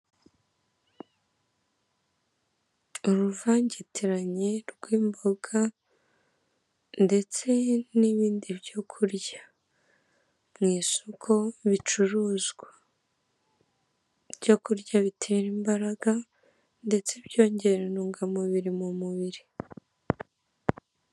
Uruvangitiranye rw'imboga ndetse n'ibindi byo kurya mu isoko bicuruzwa. Ibyo kurya bitera imbaraga ndetse n'ibyongera intungamubiri mu mubiri.